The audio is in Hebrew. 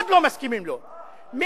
מאוד לא מסכימים לו,